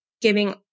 giving